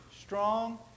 strong